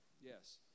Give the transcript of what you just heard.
Yes